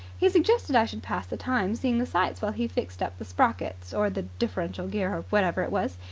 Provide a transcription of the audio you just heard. he suggested i should pass the time seeing the sights while he fixed up the sprockets or the differential gear or whatever it was.